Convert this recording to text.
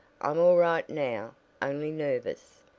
i'm all right now only nervous.